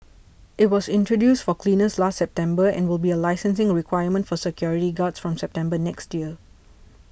it was introduced for cleaners last September and will be a licensing requirement for security guards from September next year